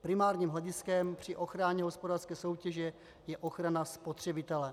Primárním hlediskem při ochraně hospodářské soutěže je ochrana spotřebitele.